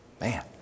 Man